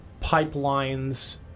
pipelines